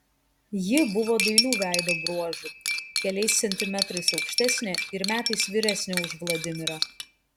ji buvo dailių veido bruožų keliais centimetrais aukštesnė ir metais vyresnė už vladimirą